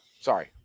Sorry